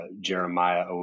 Jeremiah